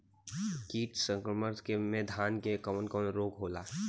कीट संक्रमण से धान में कवन कवन रोग होला?